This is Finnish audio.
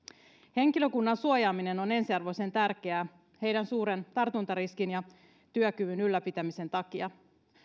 henkilökunnan suojaaminen on ensiarvoisen tärkeää heidän suuren tartuntariskin ja työkyvyn ylläpitämisen takia